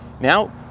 Now